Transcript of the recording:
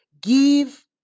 Give